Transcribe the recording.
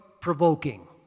provoking